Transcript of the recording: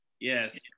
Yes